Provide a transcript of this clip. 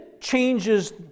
changes